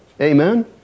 Amen